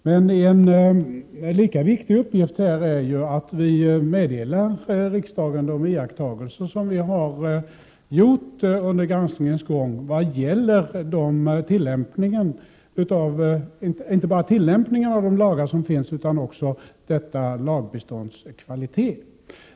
Men en lika viktig uppgift är ju att vi meddelar riksdagen de iakttagelser vi har gjort under granskningens gång vad gäller inte bara tillämpningen av de lagar som finns utan också lagbeståndets kvalitet.